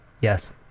Yes